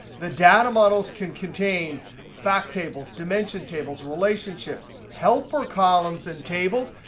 the data models can contain fact tables, dimension tables, relationships, helper columns, and tables,